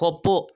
ಒಪ್ಪು